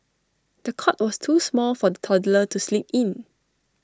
the cot was too small for the toddler to sleep in